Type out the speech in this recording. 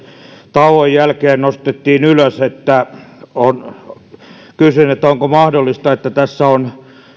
tauon jälkeen nostettiin ylös niin onko mahdollista että tässä on